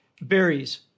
berries